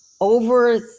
over